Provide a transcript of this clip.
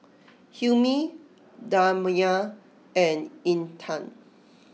Hilmi Damia and Intan